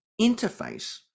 interface